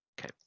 Okay